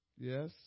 Yes